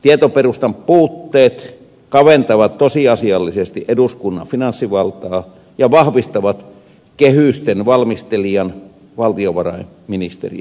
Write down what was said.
tietoperustan puutteet kaventavat tosiasiallisesti eduskunnan finanssivaltaa ja vahvistavat kehysten valmistelijan valtiovarainministeriön valtaa